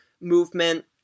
movement